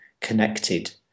connected